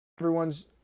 Everyone's